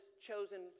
chosen